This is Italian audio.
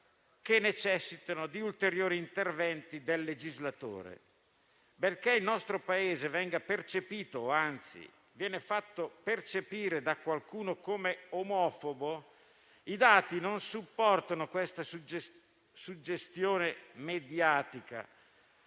necessari ulteriori interventi del legislatore. Benché il nostro Paese venga percepito - anzi, venga fatto percepire - da qualcuno come omofobo, i dati non supportano questa suggestione mediatica.